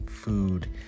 food